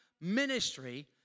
Ministry